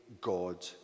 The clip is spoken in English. God